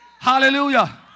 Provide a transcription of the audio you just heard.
Hallelujah